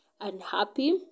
unhappy